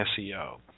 SEO